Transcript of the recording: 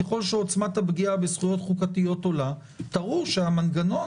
ככל שעוצמת הפגיעה בזכויות חוקתיות עולה תראו שהמנגנון